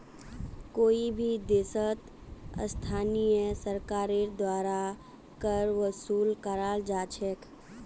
कोई भी देशत स्थानीय सरकारेर द्वारा कर वसूल कराल जा छेक